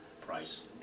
price